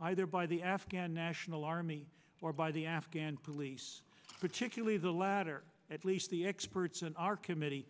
either by the afghan national army or by the afghan police particularly the latter at least the experts in our comm